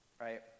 right